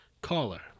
Caller